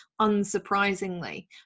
unsurprisingly